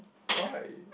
why